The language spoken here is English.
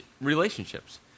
relationships